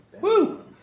Woo